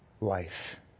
life